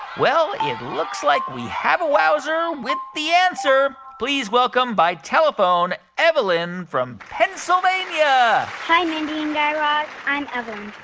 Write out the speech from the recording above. well, it looks like we have a wowzer with the answer. please welcome by telephone evelyn from pennsylvania yeah hi, mindy and guy raz. i'm evelyn.